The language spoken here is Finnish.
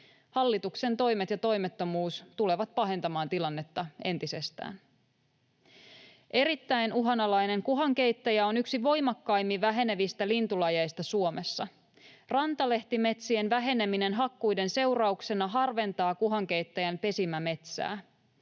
Hallituksen toimet ja toimettomuus tulevat pahentamaan tilannetta entisestään. Erittäin uhanalainen kuhankeittäjä on yksi voimakkaimmin vähenevistä lintulajeista Suomessa. Rantalehtimetsien väheneminen hakkuiden seurauksena harventaa kuhankeittäjän pesimämetsää.